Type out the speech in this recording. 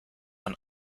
von